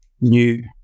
new